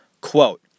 Quote